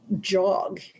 jog